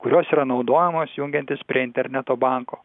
kurios yra naudojamos jungiantis prie interneto banko